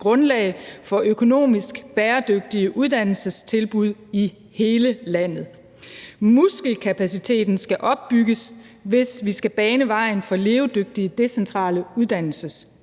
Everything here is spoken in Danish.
grundlag for økonomisk bæredygtige uddannelsestilbud i hele landet. Muskelkapaciteten skal opbygges, hvis vi skal bane vejen for levedygtige decentrale uddannelsestilbud.